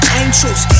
angels